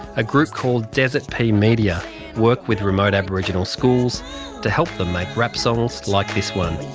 a group called desert pea media work with remote aboriginal schools to help them make rap songs like this one.